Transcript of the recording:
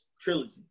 trilogy